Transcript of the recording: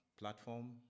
platform